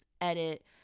edit